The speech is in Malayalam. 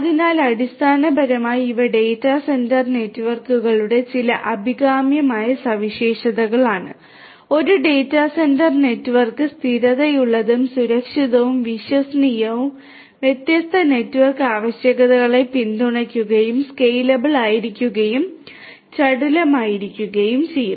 അതിനാൽ അടിസ്ഥാനപരമായി ഇവ ഡാറ്റാ സെന്റർ നെറ്റ്വർക്കുകളുടെ ചില അഭികാമ്യമായ സവിശേഷതകളാണ് ഒരു ഡാറ്റാ സെന്റർ നെറ്റ്വർക്ക് സ്ഥിരതയുള്ളതും സുരക്ഷിതവും വിശ്വസനീയവും വ്യത്യസ്ത നെറ്റ്വർക്ക് ആവശ്യകതകളെ പിന്തുണയ്ക്കുകയും സ്കെയിലബിൾ ആയിരിക്കുകയും ചടുലമായിരിക്കുകയും വേണം